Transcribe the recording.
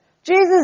Jesus